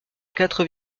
quatre